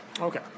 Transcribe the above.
Okay